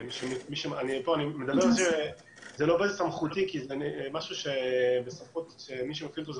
זה לא בסמכותי כי זה משהו שבסמכות מי שעוסקים בזה,